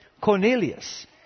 Cornelius